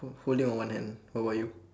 h~ holding on one hand what about you